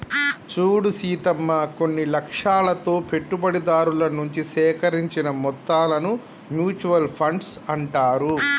చూడు సీతమ్మ కొన్ని లక్ష్యాలతో పెట్టుబడిదారుల నుంచి సేకరించిన మొత్తాలను మ్యూచువల్ ఫండ్స్ అంటారు